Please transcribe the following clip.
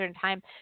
time